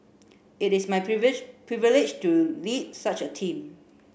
it is my privilege to lead such a team